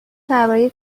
درباره